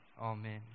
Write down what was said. Amen